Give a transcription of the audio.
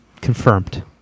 Confirmed